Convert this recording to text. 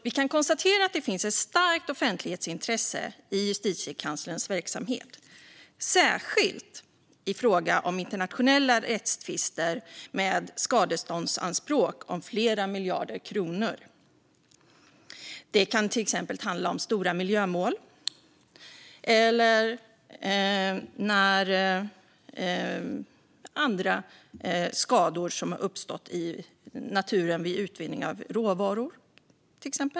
Vi kan konstatera att det finns ett starkt offentlighetsintresse i Justitiekanslerns verksamhet. Det gäller särskilt i fråga om internationella rättstvister med skadeståndsanspråk om flera miljarder kronor. Det kan till exempel handla om stora miljömål eller om andra skador som har uppstått i naturen vid utvinning av råvaror.